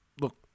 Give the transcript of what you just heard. Look